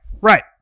Right